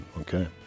Okay